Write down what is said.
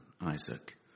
Isaac